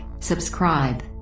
subscribe